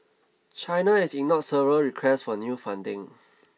China has ignored several requests for new funding